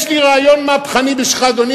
יש לי רעיון מהפכני בשבילך,